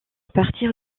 partir